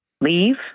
leave